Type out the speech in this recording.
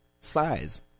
size